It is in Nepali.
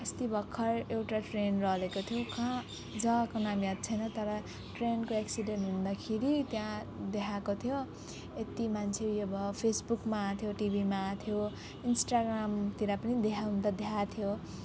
अस्ति भर्खर एउटा ट्रेन लडेको थियो कहाँ जग्गाको नाम याद छैन तर ट्रेनको एक्सिडेन्ट हुँदाखेरि त्यहाँ देखाएको थियो यति मान्छे ऊ यो भयो फेसबुकमा आएको थियो टिभीमा आएको थियो इन्स्टाग्रामतिर पनि देखाउन त देखाएको थियो